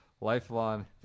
Lifelong